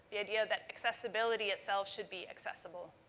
the idea that accessibility itself should be accessible.